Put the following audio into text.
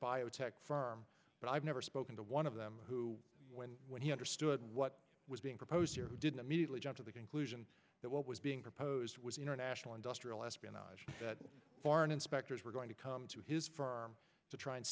biotech firm but i've never spoken to one of them who when he understood what was being proposed didn't immediately jump to the conclusion that what was being proposed was international industrial espionage that foreign inspectors were going to come to his firm to try and